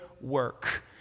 work